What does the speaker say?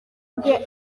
bwe